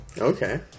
Okay